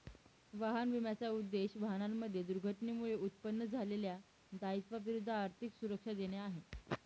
वाहन विम्याचा उद्देश, वाहनांमध्ये दुर्घटनेमुळे उत्पन्न झालेल्या दायित्वा विरुद्ध आर्थिक सुरक्षा देणे आहे